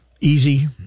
easy